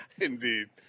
Indeed